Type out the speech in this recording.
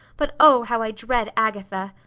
but oh, how i dread agatha!